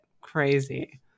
crazy